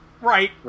Right